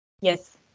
Yes